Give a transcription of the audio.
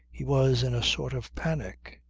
he was in a sort of panic.